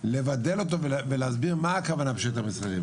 לבדל אותו להסביר מה הכוונה בשטח מסחרי,